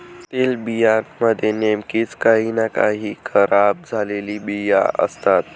तेलबियां मध्ये नेहमीच काही ना काही खराब झालेले बिया असतात